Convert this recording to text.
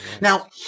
Now